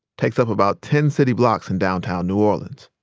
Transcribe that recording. takes up about ten city blocks in downtown new orleans.